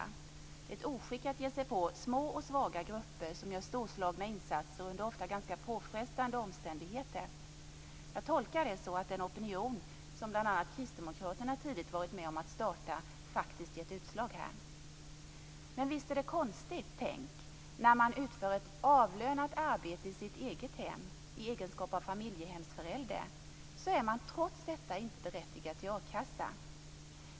Det är ett oskick att ge sig på små och svaga grupper som gör storslagna insatser under ofta ganska påfrestande omständigheter. Jag tolkar det så att den opinion som bl.a. kristdemokraterna tidigt varit med om att starta faktiskt har gett utslag här. Men visst är det konstigt tänkt; när man utför ett avlönat arbete i sitt eget hem i egenskap av familjehemsförälder, är man trots detta inte berättigad till akassa.